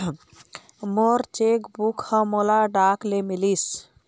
मोर cheque book ह मोला डाक ले मिलिस